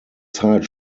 zeit